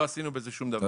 לא עשינו בזה שום דבר.